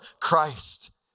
Christ